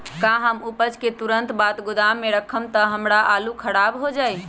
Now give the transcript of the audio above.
का हम उपज के तुरंत बाद गोदाम में रखम त हमार आलू खराब हो जाइ?